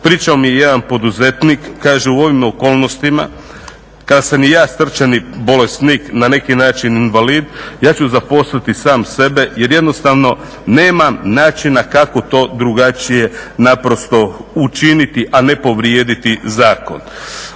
Pričao mi je jedan poduzetnik, kaže u ovim okolnostima kada sam i ja srčani bolesnik, na neki način invalid ja ću zaposliti sam sebe jer jednostavno nemam načina kako drugačije naprosto učiniti a ne povrijediti zakon.